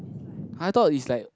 I thought is like